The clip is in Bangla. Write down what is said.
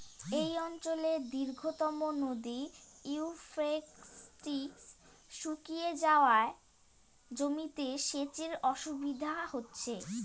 এই অঞ্চলের দীর্ঘতম নদী ইউফ্রেটিস শুকিয়ে যাওয়ায় জমিতে সেচের অসুবিধে হচ্ছে